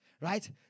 right